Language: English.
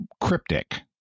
cryptic